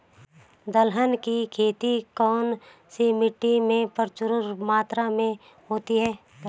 दलहन की खेती कौन सी मिट्टी में प्रचुर मात्रा में होती है?